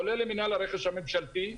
כולל למינהל הרכש הממשלתי,